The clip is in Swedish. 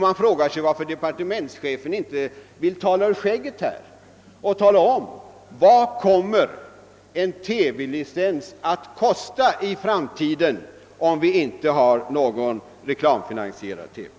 Man frågar sig varför departementschefen inte vill tala om vad en TV licens i framtiden kommer att kosta, om vi inte får någon reklamfinansierad television.